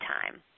time